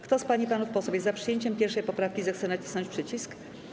Kto z pań i panów posłów jest za przyjęciem 1. poprawki, zechce nacisnąć przycisk.